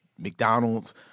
McDonald's